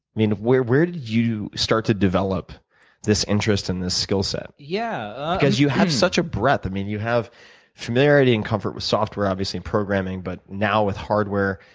where where did you start to develop this interest in this skill set? yeah. because you have such a breadth. i mean you have familiarity and comfort with software, obviously, and programming, but now, with hardware.